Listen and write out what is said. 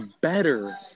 better –